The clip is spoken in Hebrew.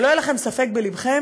שלא יהיה לכם ספק בלבכם,